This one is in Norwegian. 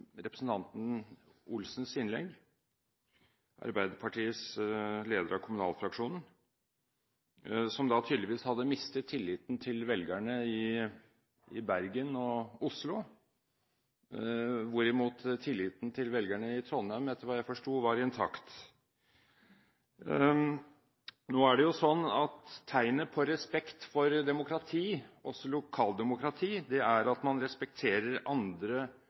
representanten Olsens innlegg, Arbeiderpartiets leder av kommunalfraksjonen, som tydeligvis hadde mistet tilliten til velgerne i Bergen og Oslo, hvorimot tilliten til velgerne i Trondheim – etter hva jeg forsto – var intakt. Tegnet på respekt for demokrati – også lokaldemokrati – er at man respekterer andre